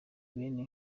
bene